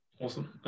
Awesome